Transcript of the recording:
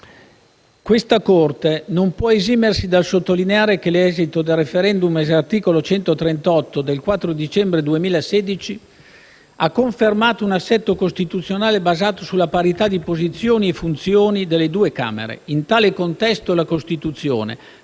«questa Corte non può esimersi dal sottolineare che l'esito del *referendum* *ex* articolo 138 della Costituzione del 4 dicembre 2016 ha confermato un assetto costituzionale basato sulla parità di posizione e funzioni delle due Camere elettive. In tale contesto, la Costituzione,